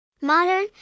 Modern